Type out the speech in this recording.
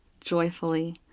joyfully